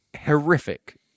horrific